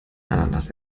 ananas